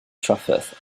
trafferth